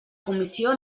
comissió